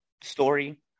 story